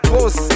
Boss